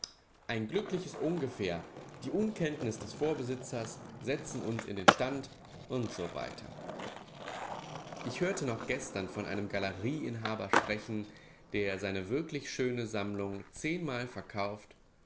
ein glückliches ohngefähr die unkenntnis des vorbesitzers setzen uns in den stand usw ich hörte noch gestern von einem galerie inhaber sprechen der seine wirklich schöne sammlung zehnmal verkauft